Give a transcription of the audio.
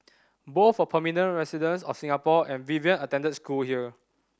both were permanent residents of Singapore and Vivian attended school here